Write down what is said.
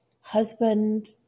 husband